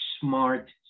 smart